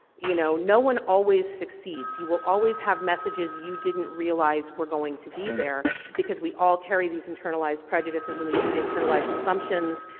you know, no one always succeeds. you will always have messages you didn't realize where going to be there because we all carry these internalized prejudices, and these internalize assumptions.